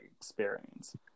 experience